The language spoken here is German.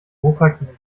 hochhackigen